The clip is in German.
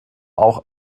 auch